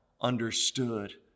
understood